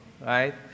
right